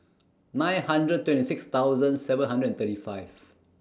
nine hundred twenty six thousand seven hundred and thirty five